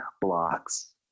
blocks